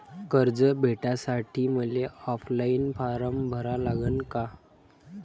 कर्ज भेटासाठी मले ऑफलाईन फारम भरा लागन का?